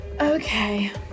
Okay